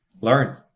learn